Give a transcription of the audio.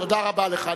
תודה רבה לך.